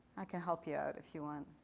i can help you out if you want.